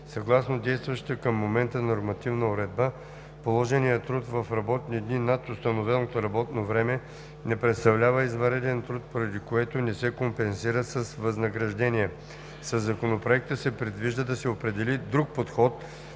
Съгласно действащата към момента нормативна уредба положеният труд в работни дни над установеното работно време не представлява извънреден труд, поради което не се компенсира с възнаграждение. Със Законопроекта се предвижда да се определи друг подход,